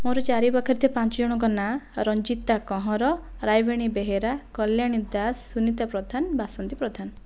ମୋର ଚାରିପାଖରେ ଥିବା ପାଞ୍ଚ ଜଣଙ୍କ ନାଁ ରଞ୍ଜିତା କହଁର ରାୟବେଣୀ ବେହେରା କଲ୍ୟାଣୀ ଦାସ ସୁନିତା ପ୍ରଧାନ ବାସନ୍ତୀ ପ୍ରଧାନ